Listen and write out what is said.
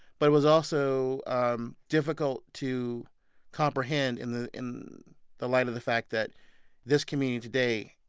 but it was also um difficult to comprehend in the in the light of the fact that this community, today,